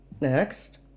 Next